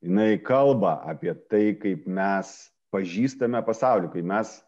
jinai kalba apie tai kaip mes pažįstame pasaulį kai mes